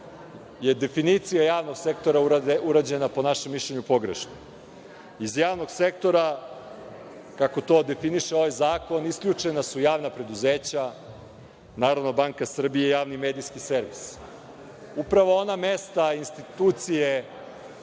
je definicija javnog sektora urađena po našem mišljenju pogrešno. Iz javnog sektora kako to definiše ovaj zakon isključena su javna preduzeća, Narodna banka Srbije i Javni medijski servis. Upravo ona mesta, institucije,